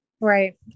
Right